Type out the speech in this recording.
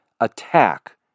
attack